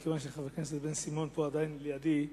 מכיוון שחבר הכנסת בן-סימון עדיין פה לידי,